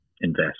invest